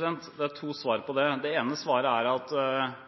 er to svar på det. Det ene svaret er at